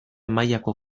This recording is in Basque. mailako